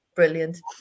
Brilliant